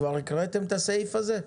לסעיף (8).